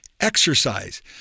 Exercise